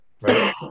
right